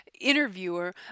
interviewer